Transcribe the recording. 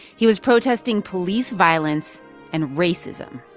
he was protesting police violence and racism.